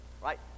right